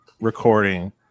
recording